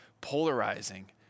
Polarizing